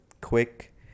quick